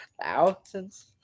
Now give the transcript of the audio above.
Thousands